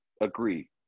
agree